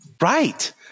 right